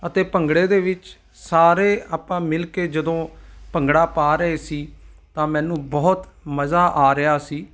ਅਤੇ ਭੰਗੜੇ ਦੇ ਵਿੱਚ ਸਾਰੇ ਆਪਾਂ ਮਿਲ ਕੇ ਜਦੋਂ ਭੰਗੜਾ ਪਾ ਰਹੇ ਸੀ ਤਾਂ ਮੈਨੂੰ ਬਹੁਤ ਮਜ਼ਾ ਆ ਰਿਹਾ ਸੀ